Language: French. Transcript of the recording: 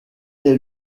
est